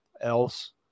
else